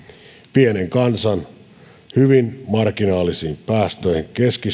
pienen kansan hyvin marginaalisiin päästöihin